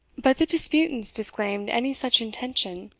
both the disputants disclaimed any such intention,